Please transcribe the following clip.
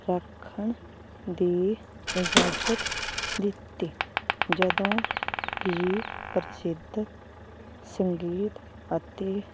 ਰੱਖਣ ਦੀ ਇਜਾਜ਼ਤ ਦਿੱਤੀ ਜਦੋਂ ਕਿ ਪ੍ਰਸਿੱਧ ਸੰਗੀਤ ਅਤੇ